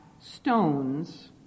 stones